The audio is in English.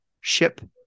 Ship